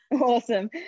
Awesome